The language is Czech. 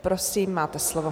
Prosím, máte slovo.